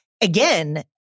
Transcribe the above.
again